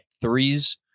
threes